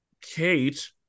Kate